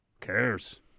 cares